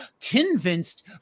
convinced